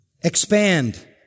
expand